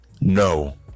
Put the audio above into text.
no